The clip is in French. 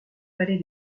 palais